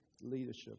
leadership